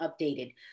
updated